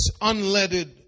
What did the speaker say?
unleaded